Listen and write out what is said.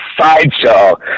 sideshow